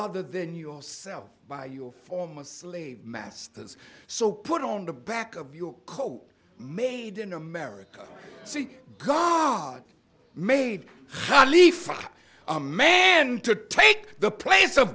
other than yourself by your former slave masters so put on the back of your coat made in america see god made califano a man to take the place